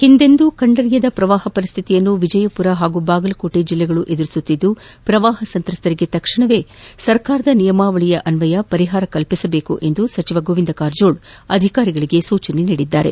ಹಿಂದೆಂದೂ ಕಂಡರಿಯದ ಪ್ರವಾಹ ಪರಿಸ್ನಿತಿಯನ್ನು ವಿಜಯಪುರ ಹಾಗೂ ಬಾಗಲಕೋಟ ಜಿಲ್ಲೆಗಳು ಎದುರಿಸುತ್ತಿದ್ದು ಪ್ರವಾಹ ಸಂತ್ರಸ್ಥರಿಗೆ ತಕ್ಷಣವೇ ಸರ್ಕಾರದ ನಿಯಮಾವಳಿಗಳನ್ನಯ ಪರಿಹಾರ ಕಲ್ಪಿಸುವಂತೆ ಸಚಿವ ಗೋವಿಂದ ಕಾರಜೋಳ ಅಧಿಕಾರಿಗಳಿಗೆ ಸೂಚನೆ ನೀಡಿದ್ದಾರೆ